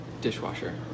dishwasher